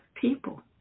people